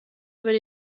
würde